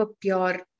pure